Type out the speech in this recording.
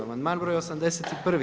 Amandman broj 81.